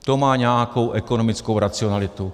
To má nějakou ekonomickou racionalitu.